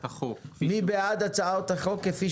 מי בעד הצעת החוק כפי